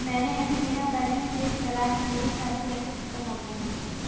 मैंने अभी मेरा बैलन्स चेक करा है, मेरे सारे पैसे खत्म हो गए हैं